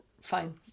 fine